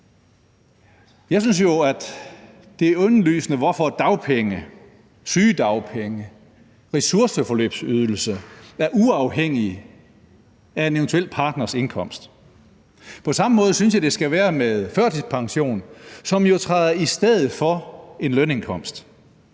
Jeg synes, det er indlysende, hvorfor dagpenge, sygedagpenge, ressourceforløbsydelse er uafhængig af en eventuel partners indkomst, og på samme måde synes jeg det skal være med førtidspension, som jo træder i stedet for en lønindkomst.